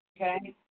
Okay